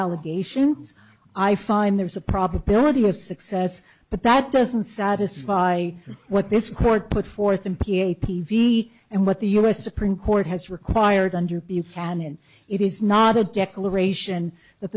allegations i find there is a probability of success but that doesn't satisfy what this court put forth in p a p v and what the u s supreme court has required under buchanan it is not a declaration that